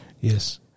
Yes